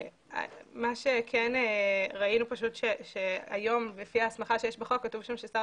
מה שכן ראינו הוא שהיום לפי ההסמכה שיש בחוק כתוב ששר